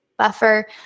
Buffer